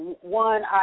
One